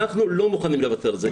אנחנו לא מוכנים לוותר על זה.